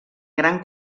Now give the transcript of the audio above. gran